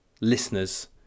listeners